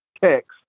text